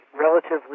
relatively